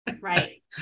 Right